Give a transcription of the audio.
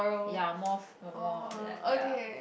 ya more more like ya